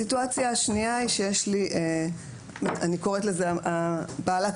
הסיטואציה השנייה ואני קוראת לזה בעלת